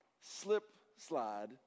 slip-slide